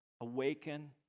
awaken